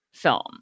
film